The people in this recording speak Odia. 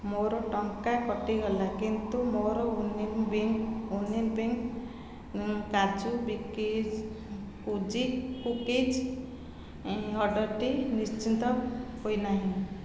ମୋର ଟଙ୍କା କଟିଗଲା କିନ୍ତୁ ମୋର ୟୁନିବିକ୍ କାଜୁ କୁକିଜ୍ର ଅର୍ଡ଼ର୍ଟି ନିଶ୍ଚିତ ହୋଇନାହିଁ